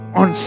on